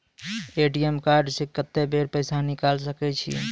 ATM card से कत्तेक बेर पैसा निकाल सके छी?